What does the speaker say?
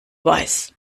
weiß